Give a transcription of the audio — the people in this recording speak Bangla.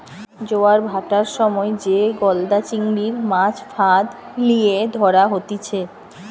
জোয়ার ভাঁটার সময় যে গলদা চিংড়ির, মাছ ফাঁদ লিয়ে ধরা হতিছে